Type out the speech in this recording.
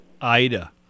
Ida